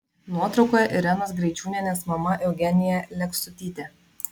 nuotraukoje irenos greičiūnienės mama eugenija lekstutytė